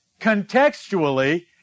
Contextually